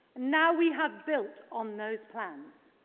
now we have built on those plans.